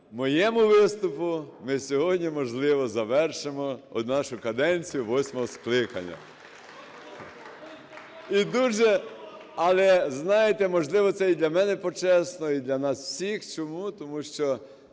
моєму виступі ми сьогодні, можливо, завершимо нашу каденцію восьмого скликання. Але, знаєте, можливо, це і для мене почесно і для нас всіх. Чому? Тому що